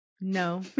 No